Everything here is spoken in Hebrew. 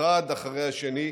אחד אחרי השני.